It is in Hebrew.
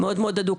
מאוד מאוד הדוק,